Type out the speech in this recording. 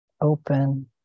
open